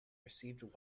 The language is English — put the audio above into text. received